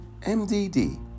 MDD